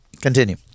Continue